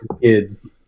kids